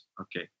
Okay